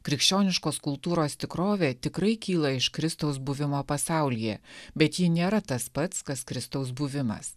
krikščioniškos kultūros tikrovė tikrai kyla iš kristaus buvimo pasaulyje bet ji nėra tas pats kas kristaus buvimas